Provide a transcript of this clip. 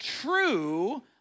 true